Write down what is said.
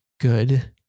good